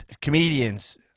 comedians